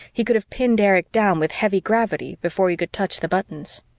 he could have pinned erich down with heavy gravity before he could touch the buttons.